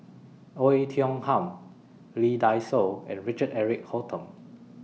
Oei Tiong Ham Lee Dai Soh and Richard Eric Holttum